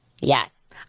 Yes